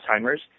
Alzheimer's